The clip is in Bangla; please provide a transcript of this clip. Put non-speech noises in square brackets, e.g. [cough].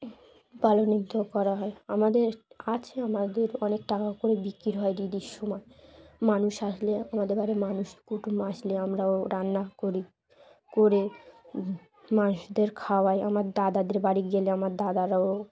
পালন তো করা হয় আমাদের আছে আমাদের অনেক টাকা করে বিক্রি হয় [unintelligible] সময় মানুষ আসলে আমাদের বাড়ির মানুষ কুটুম আসলে আমরাও রান্না করি করে মানুষদের খাওয়াই আমার দাদাদের বাড়ি গেলে আমার দাদারাও